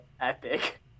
epic